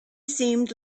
seemed